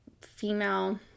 female